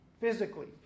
physically